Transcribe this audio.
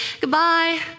goodbye